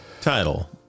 title